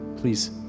please